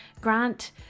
grant